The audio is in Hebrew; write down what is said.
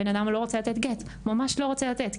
הבן אדם לא רוצה לתת גט, ממש לא רוצה לתת.